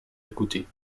écouté